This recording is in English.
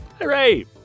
Hooray